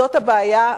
זאת הבעיה,